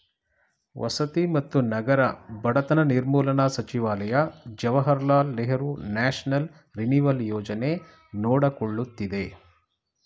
ವಸತಿ ಮತ್ತು ನಗರ ಬಡತನ ನಿರ್ಮೂಲನಾ ಸಚಿವಾಲಯ ಜವಾಹರ್ಲಾಲ್ ನೆಹರು ನ್ಯಾಷನಲ್ ರಿನಿವಲ್ ಯೋಜನೆ ನೋಡಕೊಳ್ಳುತ್ತಿದೆ